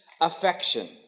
affection